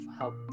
help